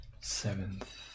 seventh